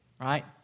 Right